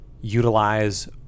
utilize